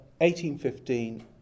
1815